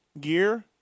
gear